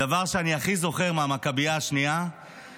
הדבר שאני הכי זוכר מהמכביה השנייה -- איך הכינוי?